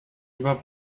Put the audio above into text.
über